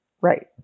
Right